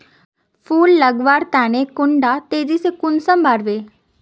फुल लगवार तने कुंडा तेजी से कुंसम बार वे?